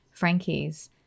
Frankies